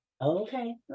Okay